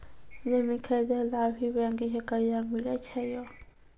जमीन खरीदे ला भी बैंक से कर्जा मिले छै यो?